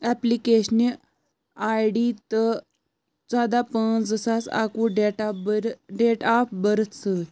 application I D تہٕ ژۄداہ پانٛژھ زٕ ساس اَکوُہ date of birth date of birth سۭتۍ